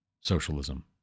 socialism